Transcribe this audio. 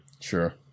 Sure